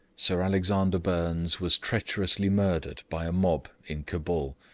sir alexander burnes was treacherously murdered by a mob in cabul,